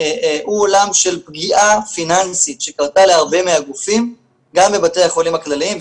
הוא עולם של פגיעה פיננסית שקרתה להרבה מהגופים גם בבתי החולים הכלליים,